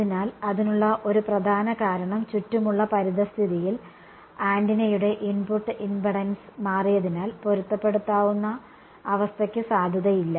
അതിനാൽ അതിനുള്ള ഒരു പ്രധാന കാരണം ചുറ്റുമുള്ള പരിസ്ഥിതിയിൽ ആന്റിനയുടെ ഇൻപുട്ട് ഇംപെഡൻസ് മാറിയതിനാൽ പൊരുത്തപ്പെടുത്താവുന്ന അവസ്ഥക്ക് സാധുതയില്ല